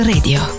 Radio